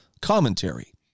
commentary